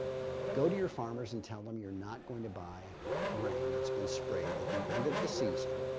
go to your farmers and tell them, you're not going to buy grain that's been sprayed at the end of the season.